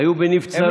היו בנבצרות.